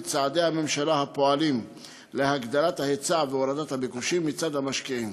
צעדי הממשלה הפועלים להגדלת ההיצע והורדת הביקושים מצד המשקיעים.